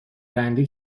بندی